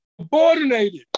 subordinated